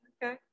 Okay